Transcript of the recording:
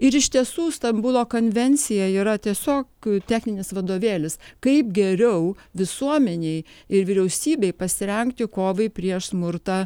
ir iš tiesų stambulo konvencija yra tiesiog techninis vadovėlis kaip geriau visuomenei ir vyriausybei pasirengti kovai prieš smurtą